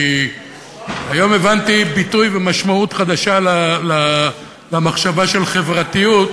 כי היום הבנתי ביטוי ומשמעות חדשה למחשבה של חברתיות,